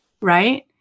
right